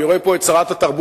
אני רואה פה את שרת התרבות.